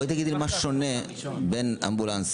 בואי תגידי לי משהו שונה בין אמבולנס,